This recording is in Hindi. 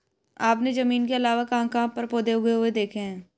आपने जमीन के अलावा कहाँ कहाँ पर पौधे उगे हुए देखे हैं?